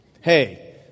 Hey